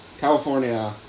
California